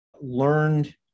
learned